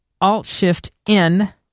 Alt-Shift-N